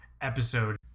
episode